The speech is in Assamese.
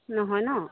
নহয় ন